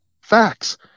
facts